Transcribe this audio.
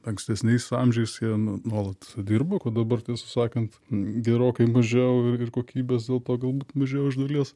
ankstesniais amžiais jie nuolat dirbo ko dabar tiesą sakant gerokai mažiau ir kokybės dėlto galbūt mažiau iš dalies